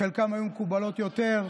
חלקן היו מקובלות יותר,